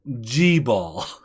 G-Ball